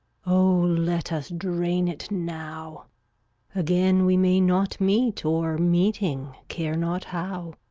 oh let us drain it now again we may not meet, or, meeting, care not how.